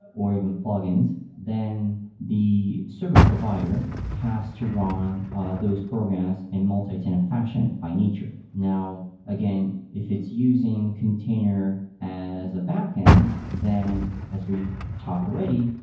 or even plugins, then the service provider has to run those programs in multi-tenant fashion by nature. now again, if it's using container as a back-end, then as we talked already,